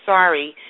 Sorry